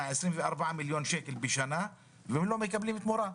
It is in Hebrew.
24 מיליון שקל בשנה ולא מקבלים תמורה.